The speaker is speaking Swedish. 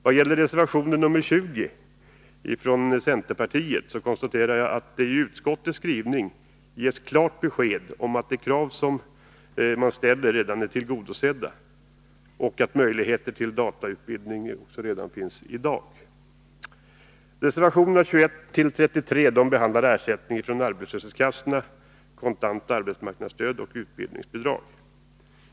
Vad gäller reservation 20 från centerpartiet framgår det klart av utskottets skrivning att de krav som man ställt redan är tillgodosedda och att det redan finns möjligheter till datautbildning. Reservationerna 21-33 behandlar ersättningen från arbetslöshetskassorna, det kontanta arbetsmarknadsstödet och utbildningsbidraget.